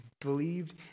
believed